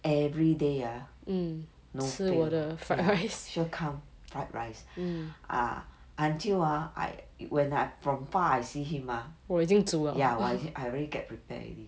everyday ah no fail ya sure come fried rice um ah until ah I when I from far I see him ah ya 我已经 I already get prepared already